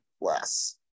less